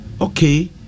Okay